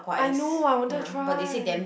I know I wanted try